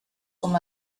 com